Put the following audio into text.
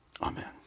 amen